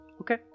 Okay